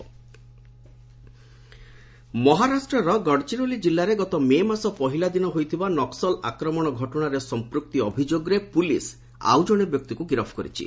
Naxal arrest ମହାରାଷ୍ଟ୍ରର ଗଡ଼ଚିରୋଲି ଜିଲ୍ଲାରେ ଗତ ମେ ମାସ ପହିଲା ଦିନ ହୋଇଥିବା ନକ୍ପଲ ଆକ୍ରମଣ ଘଟଣାରେ ସଂପୃକ୍ତି ଅଭିଯୋଗରେ ପୁଲିସ୍ ଆଉଜଣେ ବ୍ୟକ୍ତିକୁ ଗିରଫ କରିଛି